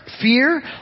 fear